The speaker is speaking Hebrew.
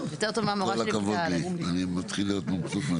כדאי להגיד גם את הדבר הזה.